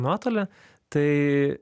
nuotolį tai